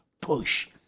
Push